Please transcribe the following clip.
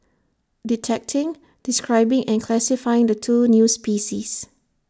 detecting describing and classifying the two new species